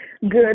good